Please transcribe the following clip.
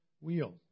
wheel